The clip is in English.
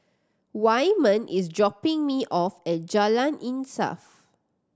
Wyman is dropping me off at Jalan Insaf